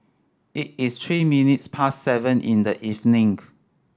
it is three minutes past seven in the evening